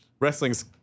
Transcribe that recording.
Wrestling's